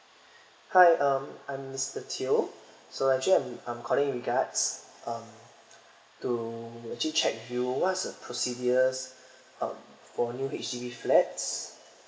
hi um I'm mister teo so actually I'm I'm calling in regards um to actually check with you what's the procedures um for new H_D_B flats